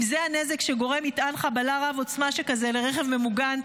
אם זה הנזק שגורם מטען חבלה רב עוצמה שכזה לרכב ממוגן,